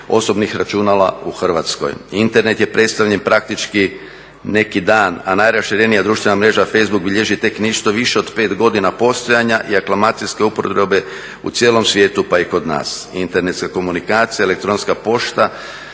osobnih računala u Hrvatskoj. Internet je predstavljen praktički neki dan, a najraširenija društvena mreža facebook bilježi tek nešto više od 5 godina postojanja i reklamacijske uporabe u cijelom svijetu pa i kod nas. Internetska komunikacija, elektronska pošta